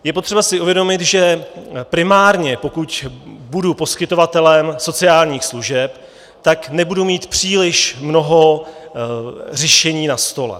Je potřeba si uvědomit, že primárně, pokud budu poskytovatelem sociálních služeb, tak nebudu mít příliš mnoho řešení na stole.